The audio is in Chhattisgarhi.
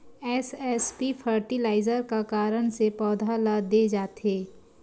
एस.एस.पी फर्टिलाइजर का कारण से पौधा ल दे जाथे?